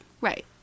Right